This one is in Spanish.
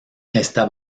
está